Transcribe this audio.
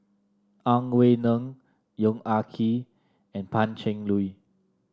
Ang Wei Neng Yong Ah Kee and Pan Cheng Lui